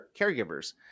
caregivers